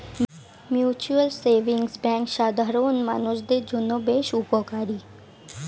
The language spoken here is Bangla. মিউচুয়াল সেভিংস ব্যাঙ্ক সাধারণ মানুষদের জন্য বেশ উপকারী